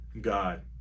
God